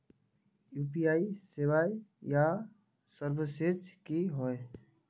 UPI सेवाएँ या services की होय?